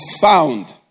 found